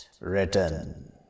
written